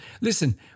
Listen